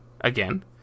again